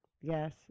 Yes